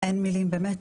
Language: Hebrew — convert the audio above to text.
אין מילים באמת.